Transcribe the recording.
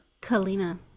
Kalina